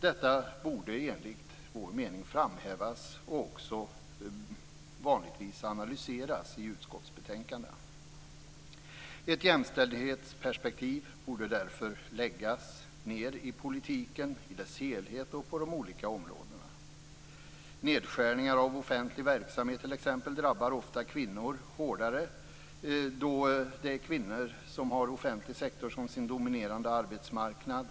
Detta borde enligt vår mening framhävas och även vanligtvis analyseras i utskottsbetänkandena. Ett jämställdhetsperspektiv borde därför finnas i politiken i dess helhet och på de olika områdena. T.ex. nedskärningar av offentlig verksamhet drabbar ofta kvinnor hårdare, eftersom kvinnor har den offentliga sektorn som sin dominerande arbetsmarknad.